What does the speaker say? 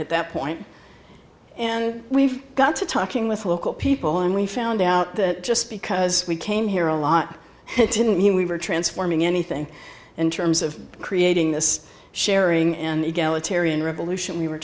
at that point and we've got to talking with local people and we found out that just because we came here a lot didn't mean we were transforming anything in terms of creating this sharing and egalitarian revolution we were